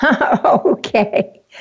Okay